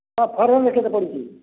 ହଁ ଫରେନ୍ରେ କେତେ ପଡ଼ୁଛି